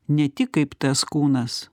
ne tik kaip tas kūnas